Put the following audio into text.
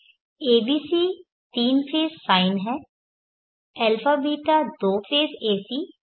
abc 3 phase sine है αβ दो phase AC wave shape है